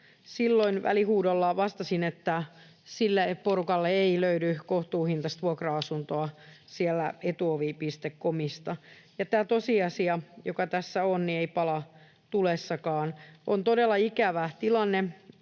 Silloin välihuudolla vastasin, että sille porukalle ei löydy kohtuuhintaista vuokra-asuntoa sieltä Etuovi.comista. Tämä tosiasia, joka tässä on, ei pala tulessakaan. On todella ikävä tilanne